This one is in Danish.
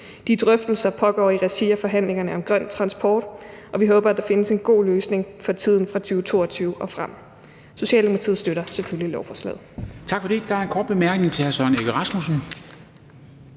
De drøftelser pågår i regi af forhandlingerne om grøn transport, og vi håber, at der findes en god løsning for tiden fra 2022 og frem. Socialdemokratiet støtter selvfølgelig lovforslaget.